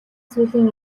сүүлийн